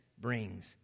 brings